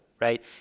right